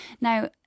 Now